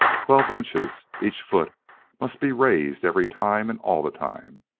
twelve inches, each foot must be raised every time and all the time,